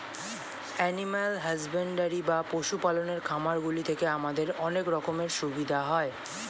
animal husbandry বা পশু পালনের খামারগুলি থেকে আমাদের অনেক রকমের সুবিধা হয়